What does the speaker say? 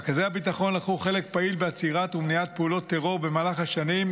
רכזי הביטחון לקחו חלק פעיל בעצירת ומניעת פעולות טרור במהלך השנים,